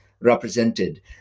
represented